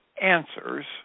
answers